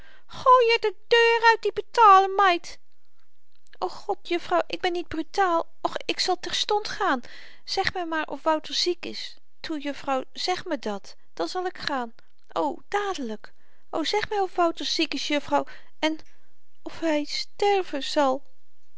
gooi r de deur uit die brutale meid o god jufvrouw ik ben niet brutaal och ik zal terstond gaan zeg my maar of wouter ziek is toe jufvrouw zeg me dat dan zal ik gaan o dadelyk och zeg my of wouter ziek is jufvrouw en of hy sterven zal